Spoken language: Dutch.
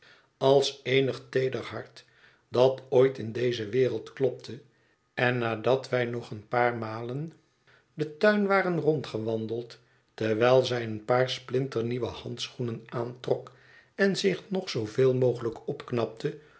als eenig teeder hart dat ooit in deze wereld klopte en nadat wij nog een paar malen den tuin waren rondgewandeld terwijl zij een paar splinternieuwe handschoenen aantrok en zich nog zooveel mogelijk opknapte